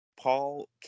Paul